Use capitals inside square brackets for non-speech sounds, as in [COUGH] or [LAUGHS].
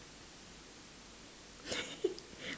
[LAUGHS]